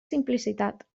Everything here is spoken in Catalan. simplicitat